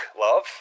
love